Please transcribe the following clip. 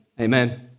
Amen